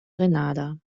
grenada